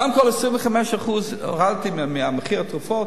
קודם כול, הורדתי 25% ממחיר התרופות.